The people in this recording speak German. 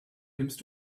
nimmst